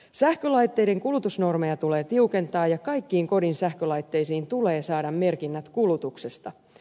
sähkölaitteiden kulutusnormeja tulee tiukentaa ja kaikkiin kodin sähkölaitteisiin tulee saada merkinnät kulutuksesta